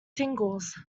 singles